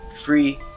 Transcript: Free